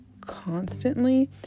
constantly